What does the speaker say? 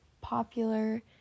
popular